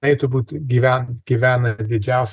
na ir turbūt gyvena gyvena didžiausia